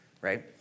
right